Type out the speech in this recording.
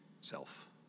self